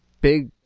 big